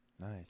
nice